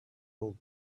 old